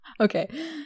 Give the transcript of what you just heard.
okay